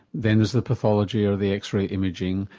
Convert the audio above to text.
then there's the pathology or the x-ray imaging,